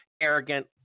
arrogant